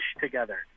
together